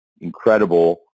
incredible